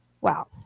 Wow